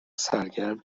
سرگرم